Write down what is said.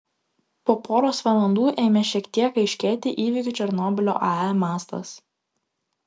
po poros valandų ėmė šiek tiek aiškėti įvykių černobylio ae mastas